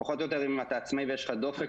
פחות או יותר אם אתה עצמאי ויש לך דופק,